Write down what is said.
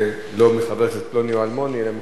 לא מחבר כנסת פלוני או אלמוני אלא מכולם,